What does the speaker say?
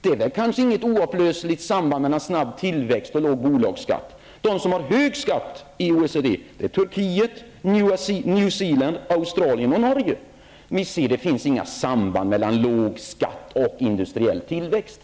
Det finns kanske inte något oupplösligt samband mellan snabb tillväxt och låg bolagsskatt. De länder som har hög skatt i OECD är Turkiet, Nya Zeeland, Australien och Norge. Det finns inga samband mellan låg skatt och industriell tillväxt.